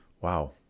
Wow